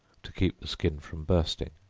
to keep the skin from bursting,